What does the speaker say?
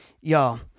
Y'all